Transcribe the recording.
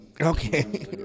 Okay